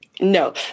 No